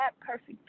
perfect